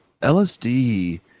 LSD